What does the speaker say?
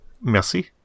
Merci